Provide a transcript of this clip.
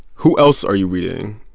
who else are you reading?